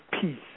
peace